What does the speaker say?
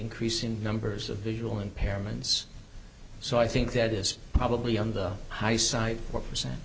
increase in numbers of visual impairments so i think that is probably on the high side four percent